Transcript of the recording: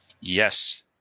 Yes